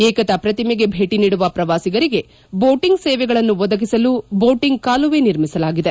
ಏಕತಾ ಪ್ರತಿಮೆಗೆ ಭೇಟಿ ನೀಡುವ ಪ್ರವಾಸಿಗರಿಗೆ ಬೋಟಿಂಗ್ ಸೇವೆಗಳನ್ನು ಒದಗಿಸಲು ಬೋಟಿಂಗ್ ಕಾಲುವೆ ನಿರ್ಮಿಸಲಾಗಿದೆ